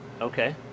Okay